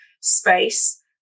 space